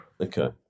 Okay